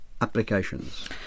applications